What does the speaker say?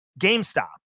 GameStop